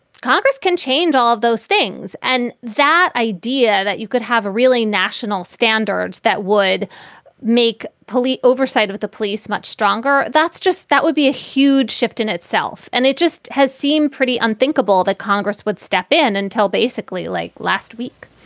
congress can change all of those things. and that idea that you could have a really national standards that would make police oversight of the police much stronger. that's just that would be a huge shift in itself. and it just has seemed pretty unthinkable that congress would step in until basically like last week